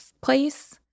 place